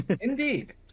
indeed